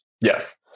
Yes